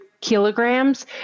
kilograms